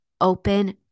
open